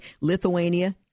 Lithuania